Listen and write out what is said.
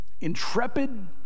intrepid